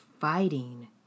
fighting